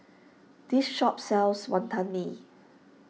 this shop sells Wantan Mee